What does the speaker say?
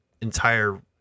entire